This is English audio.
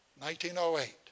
1908